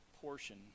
portion